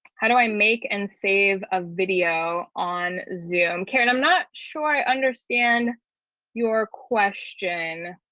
how do i make and save a video on zoom? karen, i'm not sure i understand your question.